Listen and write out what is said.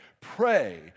pray